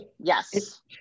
Yes